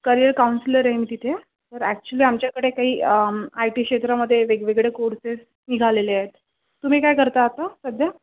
career counsellor आहे मी तिथे तर ॲक्चुअली आमच्याकडे काही आय टी क्षेत्रामध्ये वेगवेगळे कोर्सेस निघालेले आहेत तुम्ही काय करता आता सध्या